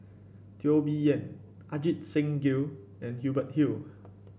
Teo Bee Yen Ajit Singh Gill and Hubert Hill